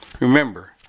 Remember